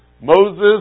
Moses